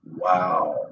wow